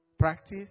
practice